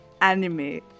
anime